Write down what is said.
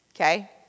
Okay